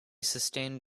sustained